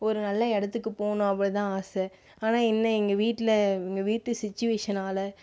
ஒரு நல்ல இடத்துக்கு போகணும் அவ்வளோதான் ஆசை ஆனால் என்ன எங்கள் வீட்டில் எங்கள் வீட்டு சிச்சுவேஷனால்